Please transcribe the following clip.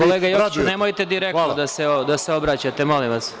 Kolega Jokiću, nemojte direktno da se obraćate, molim vas.